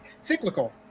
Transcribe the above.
Cyclical